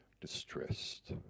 distressed